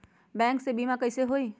Bank से बिमा कईसे होई?